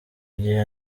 gihe